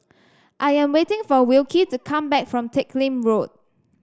I am waiting for Wilkie to come back from Teck Lim Road